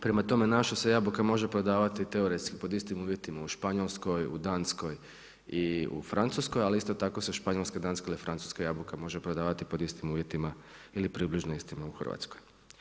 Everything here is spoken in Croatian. Prema tome, naša se jabuka može prodavati teoretski pod istim uvjetima u Španjolskoj, u Danskoj i u Francuskoj, ali isto tako se španjolska, danska ili francuska jabuka može prodavati pod istim uvjetima ili približno istima u Hrvatskoj.